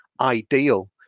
ideal